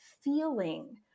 feeling